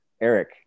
Eric